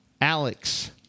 Alex